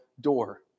door